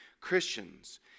Christians